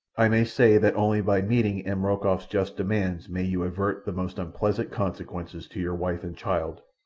i may say that only by meeting m. rokoff's just demands may you avert the most unpleasant consequences to your wife and child,